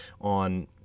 on